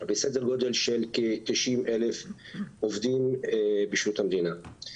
וסדר גודל של כ-90,000 עובדים בשירות המדינה.